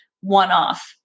one-off